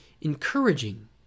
encouraging